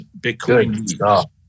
Bitcoin